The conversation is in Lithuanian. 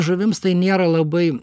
žuvims tai nėra labai